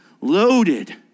loaded